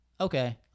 okay